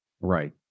Right